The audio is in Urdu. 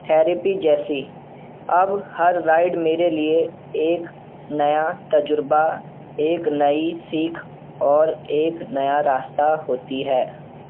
تھیریپی جیسی اب ہر رائڈ میرے لیے ایک نیا تجربہ ایک نئی سیکھ اور ایک نیا راستہ ہوتی ہے